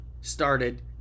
started